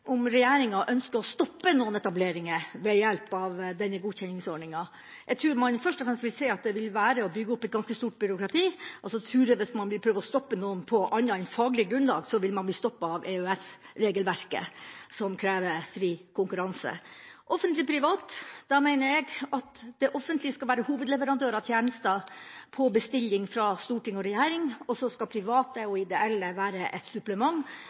om regjeringa ønsker å stoppe noen etableringer ved hjelp av denne godkjenningsordninga. Jeg tror man først og fremst vil se at det vil være å bygge opp et ganske stort byråkrati, og så tror jeg hvis man vil prøve å stoppe noen på noe annet enn faglig grunnlag, vil man bli stoppet av EØS-regelverket, som krever fri konkurranse. Offentlig eller privat – da mener jeg at det offentlige skal være hovedleverandør av tjenester på bestilling fra storting og regjering, og så skal private og ideelle være et supplement.